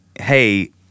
hey